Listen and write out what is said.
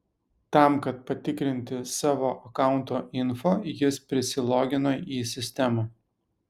tam kad patikrinti savo akaunto info jis prisilogino į sistemą